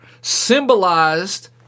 symbolized